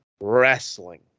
wrestling